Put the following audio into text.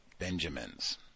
Benjamins